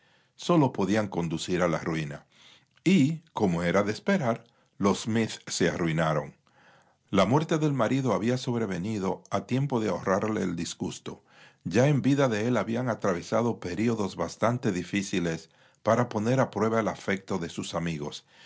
sólo podían conducir a la ruina y como era de esperar los smith se arruinaron la muerte del marido había sobrevenido a tiempo de ahorrarle el disgusto ya en vida de él habían atravesado períodos bastante difíciles para poner a prueba el afecto de sus amigos